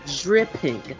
Dripping